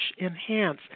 enhance